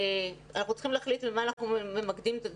אנחנו צריכים להחליט במה אנחנו ממקדים את הדיון,